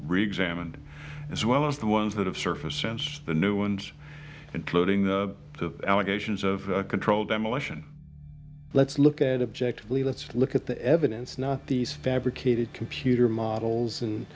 reexamined as well as the ones that have surfaced since the new ones including the allegations of controlled demolition let's look at objectively let's look at the evidence not these fabricated computer models and